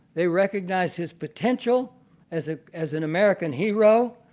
they recognized his potential as ah as an american hero.